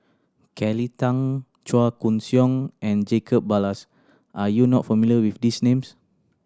Kelly Tang Chua Koon Siong and Jacob Ballas are you not familiar with these names